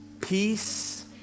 peace